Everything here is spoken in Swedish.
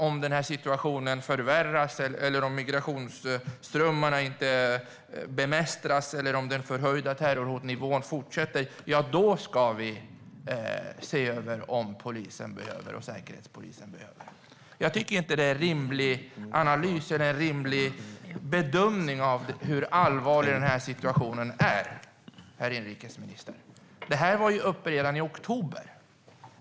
Om situationen förvärras eller om migrationsströmmarna inte bemästras eller om den förhöjda terrorhotnivån fortsätter ska vi se över vad polisen behöver och Säkerhetspolisen behöver. Jag tycker inte att det är en rimlig analys eller en rimlig bedömning av hur allvarlig situationen är, herr inrikesminister. Det här var uppe redan i oktober.